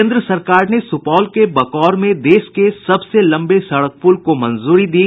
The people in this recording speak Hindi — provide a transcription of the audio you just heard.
केन्द्र सरकार ने सुपौल के बकौर में देश के सबसे लंबे सड़क पुल को मंजूरी दी